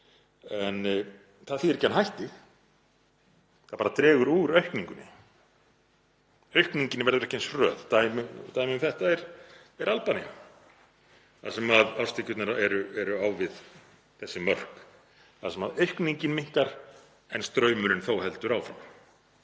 En það þýðir ekki að hann hætti, það bara dregur úr aukningunni, aukningin verður ekki eins hröð. Dæmi um þetta er Albanía þar sem árstekjurnar eru á við þessi mörk þar sem aukningin minnkar en straumurinn heldur áfram.